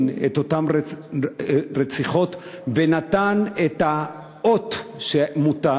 את אותן רציחות ונתן את האות שמותר,